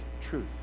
truth